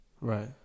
right